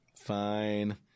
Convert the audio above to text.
Fine